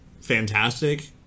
fantastic